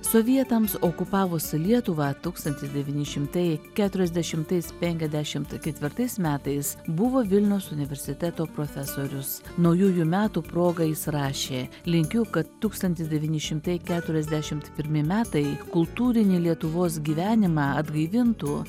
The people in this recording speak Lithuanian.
sovietams okupavus lietuvą tūkstantis devyni šimtai keturiasdešimtais penkiasdešimt ketvirtais metais buvo vilniaus universiteto profesorius naujųjų metų proga jis rašė linkiu kad tūkstantis devyni šimtai keturiasdešimt pirmi metai kultūrinį lietuvos gyvenimą atgaivintų